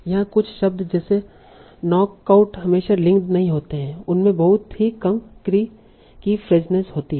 यहाँ कुछ शब्द जैसे नॉक आउट हमेशा लिंक्ड नहीं होते हैं उनमें बहुत ही कम कीफ्रेजनेस होती है